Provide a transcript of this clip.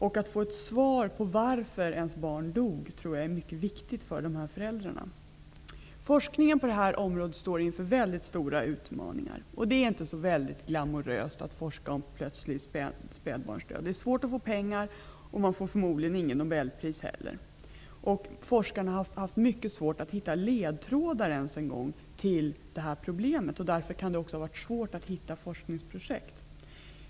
Jag tror att det är mycket viktigt för de drabbade föräldrarna att få ett svar på varför deras barn dog. Forskningen på det här området står inför mycket stora utmaningar. Det är inte särskilt glamoröst att forska om plötslig spädbarnsdöd. Det är svårt att få pengar och man får förmodligen inte heller något nobelpris. Forskarna har haft mycket svårt att ens hitta ledtrådar till lösningen av problemet. Därför har det också varit svårt att formulera forskningsprojekt.